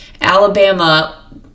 Alabama